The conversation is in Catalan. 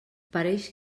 pareix